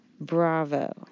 Bravo